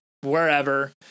wherever